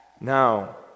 Now